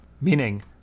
meaning